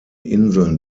inseln